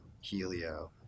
Helio